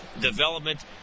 Development